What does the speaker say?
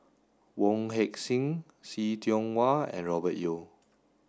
Wong Heck Sing See Tiong Wah and Robert Yeo